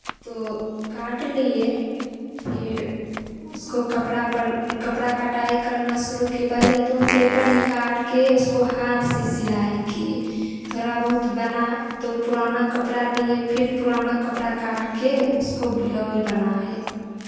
तो काट लिए फिर उसको कपड़ा पर कपड़ा कटाई करना शुरू किए पहले तुम पेपर ही काट के उसको हाथ से सिलाई किए थोड़ा बहुत बना तो पुराना कपड़ा लिए फिर पुराना कपड़ा काट के उसको ब्लाउज़ बनाए